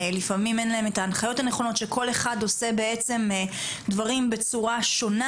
לפעמים אין להם את ההנחיות הנכונות שכל אחד עושה דברים בצורה שונה.